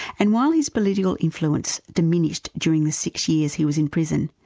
and while his political influence diminished during the six years he was in prison,